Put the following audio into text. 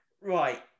Right